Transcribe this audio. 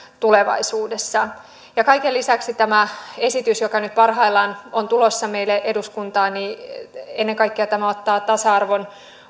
tulevaisuudessa kaiken lisäksi tämä esitys joka nyt parhaillaan on tulossa meille eduskuntaan ottaa ennen kaikkea tasa arvon